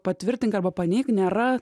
patvirtink arba paneik nėra